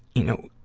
you know,